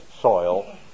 soil